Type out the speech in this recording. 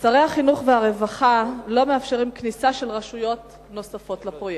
שרי החינוך והרווחה לא מאפשרים כניסה של רשויות נוספות לפרויקט.